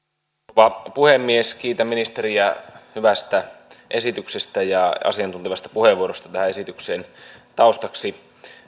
rouva puhemies kiitän ministeriä hyvästä esityksestä ja asiantuntevasta puheenvuorosta tähän esityksen taustaksi